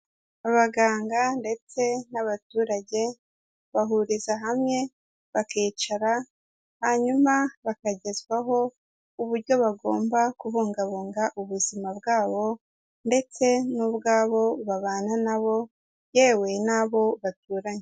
Abaganga ndetse n'abaturage, bahuriza hamwe bakicara hanyuma bakagezwaho uburyo bagomba kubungabunga ubuzima bwabo, ndetse n'ubwabo babana nabo yewe n'abo baturanye.